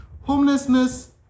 Homelessness